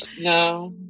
no